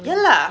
ya lah